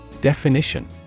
Definition